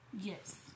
Yes